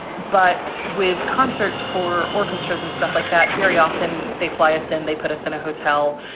but with concerts for orchestras and stuff like that, very often they fly us and they put us in a hotel.